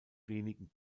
wenigen